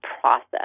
process